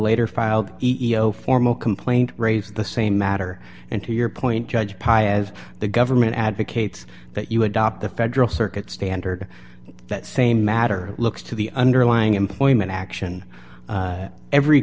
later filed e e o formal complaint raised the same matter and to your point judge pi as the government advocates that you adopt the federal circuit standard that same matter looks to the underlying employment action every